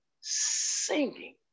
singing